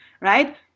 right